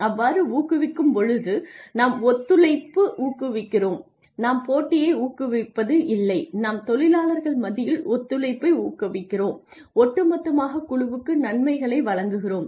அவ்வாறு ஊக்கிவிக்கும் பொழுது நாம் ஒத்துழைப்பு ஊக்குவிக்கிறோம் நாம் போட்டியை ஊக்குவிக்கிவில்லை நாம் தொழிலாளர்கள் மத்தியில் ஒத்துழைப்பை ஊக்குவிக்கிறோம் ஒட்டுமொத்தமாகக் குழுவுக்கு நன்மைகளை வழங்குகிறோம்